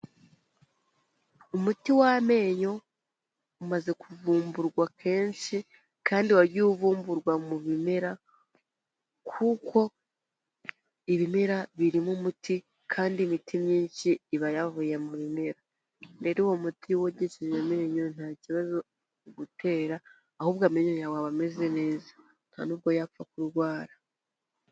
Umuti w'amenyo umaze kuvumburwa kenshi kandi wagiye uvumburwa mu bimera kuko ibimera birimo umuti, kandi imiti myinshi iba yavuye mu bimera. Rero uwo muti wogesheje amenyo nta kibazo wagutera, ahubwo amenyo yawe aba ameze neza, nta nubwo yapfa kurwara.